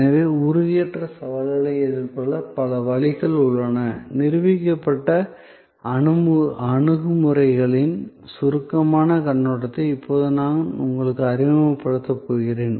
எனவே உறுதியற்ற சவாலை எதிர்கொள்ள பல வழிகள் உள்ளன நிரூபிக்கப்பட்ட அணுகுமுறைகளின் சுருக்கமான கண்ணோட்டத்தை இப்போது நான் உங்களுக்கு அறிமுகப்படுத்தப் போகிறேன்